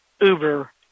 Uber